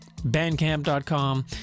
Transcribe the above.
bandcamp.com